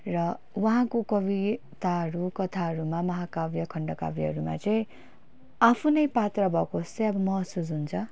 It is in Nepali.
र उहाँको कविताहरू कथाहरूमा महाकाव्य खण्डकाव्यहरूमा चाहिँ आफ्नै पात्र भएको जस्तै अब महसुस हुन्छ